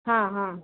हाँ हाँ